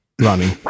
running